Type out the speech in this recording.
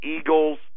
Eagles